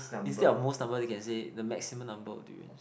instead of most number they can say the maximum number of durians